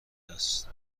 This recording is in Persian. است